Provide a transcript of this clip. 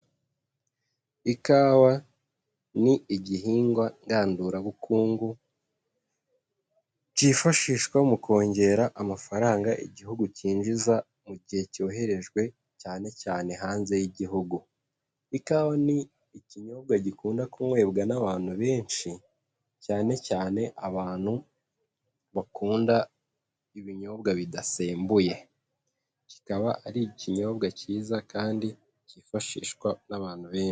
Ikawa ni igihingwa ngandurabukungu, cyifashishwa mu kongera amafaranga igihugu cyinjiza mu gihe cyoherejwe cyane cyane hanze y'igihugu. Ikawa ni ikinyobwa gikunda kunywebwa n'abantu benshi, cyane cyane abantu bakunda ibinyobwa bidasembuye, kikaba ari ikinyobwa cyiza kandi cyifashishwa n'abantu benshi.